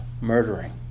murdering